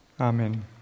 amen